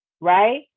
right